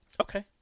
Okay